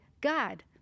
God